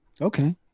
Okay